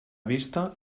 vista